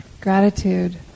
gratitude